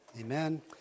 Amen